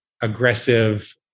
aggressive